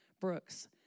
Brooks